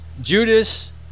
Judas